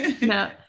no